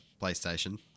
PlayStation